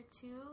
two